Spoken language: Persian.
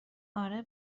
آره